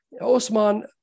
Osman